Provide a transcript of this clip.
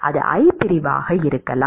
அது I பிரிவாக இருக்கலாம்